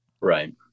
Right